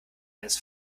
eines